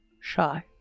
shy